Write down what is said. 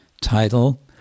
title